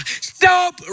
stop